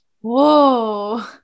Whoa